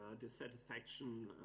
dissatisfaction